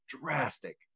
drastic